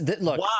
Look